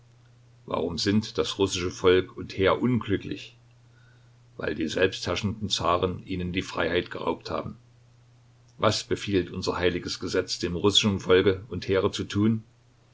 warum sind das russische volk und heer unglücklich weil die selbstherrschenden zaren ihnen die freiheit geraubt haben was befiehlt unser heiliges gesetz dem russischen volke und heere zu tun